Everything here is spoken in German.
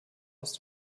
aus